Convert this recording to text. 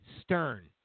Stern